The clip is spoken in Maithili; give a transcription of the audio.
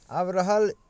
आब रहल